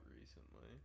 recently